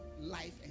life